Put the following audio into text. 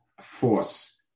force